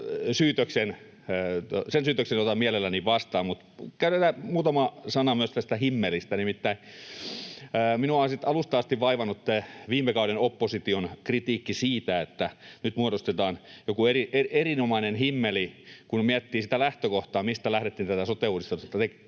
sen syytöksen otan mielelläni vastaan. Mutta muutama sana tästä himmelistä. Nimittäin minua on alusta asti vaivannut viime kauden opposition kritiikki siitä, että nyt muodostetaan joku erinomainen himmeli. Kun miettii sitä lähtökohtaa, mistä lähdettiin tätä sote-uudistusta